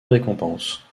récompenses